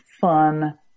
fun